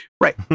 Right